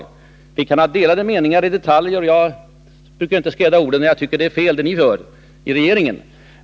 Meningarna kan vara delade i detaljer, och jag brukar inte skräda orden när jag tycker att det man gör i regeringen är fel.